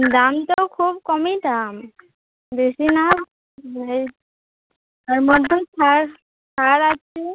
দাম তো খুব কমই দাম বেশি না এই এর মধ্যেই ছাড় ছাড় আছে